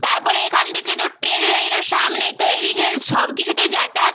তারপরে এখান থেকে তো ট্রেন লাইনও সামনে তো এদিকে সব কিছুতেই যাতায়াত